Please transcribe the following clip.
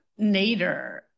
Nader